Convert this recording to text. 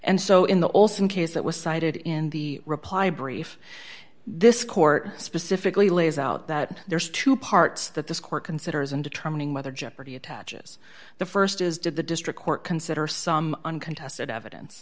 and so in the olson case that was cited in the reply brief this court specifically lays out that there's two parts that this court considers in determining whether jeopardy attaches the st is did the district court consider some uncontested evidence